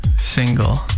Single